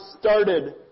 started